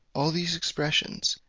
all these expressions,